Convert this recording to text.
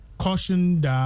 cautioned